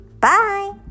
Bye